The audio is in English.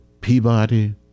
Peabody